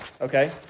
Okay